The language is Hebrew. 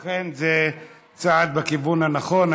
אכן, זה צעד בכיוון הנכון.